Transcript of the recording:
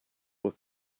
were